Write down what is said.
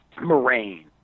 Moraine